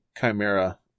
Chimera